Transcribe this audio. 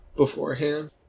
beforehand